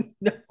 No